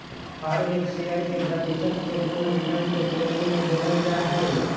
हर एक शेयर के प्रतिशत के पूर्ण रिटर्न के श्रेणी में जोडल जाहई